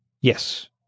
Yes